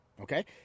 okay